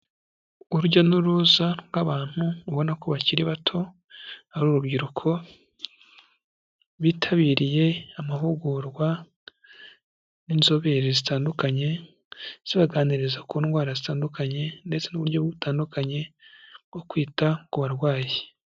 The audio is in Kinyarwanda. Urujya n'uruza rw'abantu ubona ko bakiri bato hari urubyiruko bitabiriye amahugurwa n'inzobere zitandukanye zibaganiriza ku ndwara zitandukanye ndetse n'uburyo butandukanye bwo kwita ku barwayi.